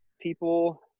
people